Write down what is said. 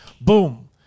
boom